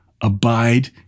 Abide